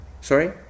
sorry